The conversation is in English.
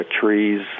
trees